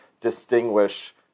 distinguish